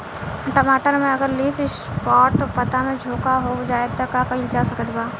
टमाटर में अगर लीफ स्पॉट पता में झोंका हो जाएँ त का कइल जा सकत बा?